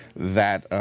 that